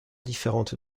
différente